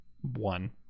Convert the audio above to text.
one